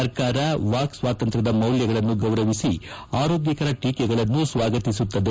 ಸರ್ಕಾರ ವಾಕ್ ಸ್ವಾತಂತ್ರ್ತದ ಮೌಲ್ತಗಳನ್ನು ಗೌರವಿಸಿ ಆರೋಗ್ತಕರ ಟೀಕೆಗಳನ್ನು ಸ್ವಾಗತಿಸುತ್ತದೆ